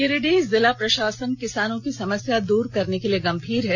गिरिडीह जिला प्रशासन किसानों की समस्या दूर करने के लिए गंभीर है